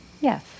yes